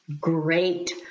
great